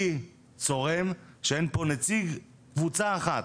לי צורם שאין פה נציג קבוצה אחת.